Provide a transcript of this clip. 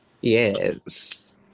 Yes